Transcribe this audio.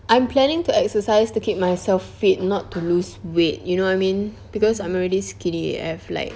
I'm planning to exercise to keep myself fit not to lose weight you know what I mean because I'm already skinny F like